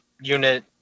unit